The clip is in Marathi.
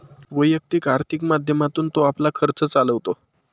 वैयक्तिक आर्थिक माध्यमातून तो आपला खर्च चालवतो